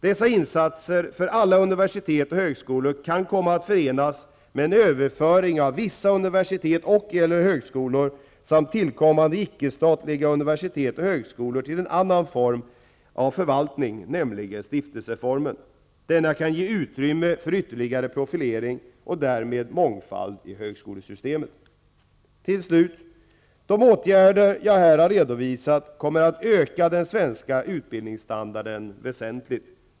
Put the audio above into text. Dessa insatser för alla universitet och högskolor kan komma att förenas med en överföring av vissa universitet och/eller högskolor samt tillkommande icke statliga universitet och högskolor till en annan form av förvaltning, nämligen stiftelseformen. Denna kan ge utrymme för ytterligare profilering och därmed mångfald i högskolesystemet. Till slut: De åtgärder jag här har redovisat kommer att höja den svenska utbildningsstandarden väsentligt.